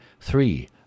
three